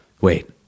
Wait